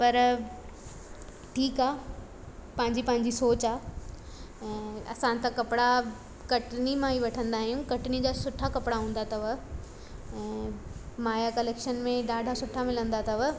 पर ठीकु आहे पंहिंजी पंहिंजी सोचु आहे ऐं असां त कपिड़ा कटनी मां ई वठंदा आहियूं कटनी जा सुठा कपिड़ा हूंदा अथव ऐं माया कलैक्शन में ॾाढा सुठा मिलंदा अथव